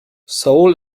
seoul